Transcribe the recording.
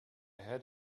had